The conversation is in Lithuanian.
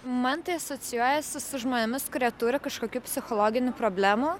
man tai asocijuojasi su žmonėmis kurie turi kažkokių psichologinių problemų